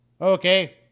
Okay